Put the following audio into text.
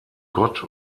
gott